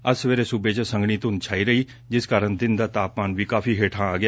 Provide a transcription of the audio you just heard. ਅੱਜ ਸਵੇਰੇ ਸੁਬੇ ਚ ਸੰਘਣੀ ਧੂੰਦ ਛਾਈ ਰਹੀ ਜਿਸ ਕਾਰਨ ਦਿਨ ਦਾ ਤਾਪਮਾਨ ਵੀ ਕਾਫ਼ੀ ਹੇਠਾਂ ਆ ਗਿਆ